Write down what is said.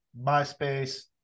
MySpace